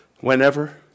whenever